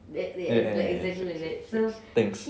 ya ya sorry sorry thanks thanks